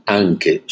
anche